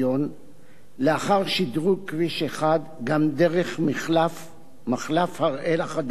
לאחר שדרוג כביש 1 גם דרך מחלף הראל החדש,